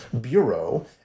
bureau